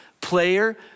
Player